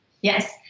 Yes